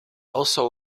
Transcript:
also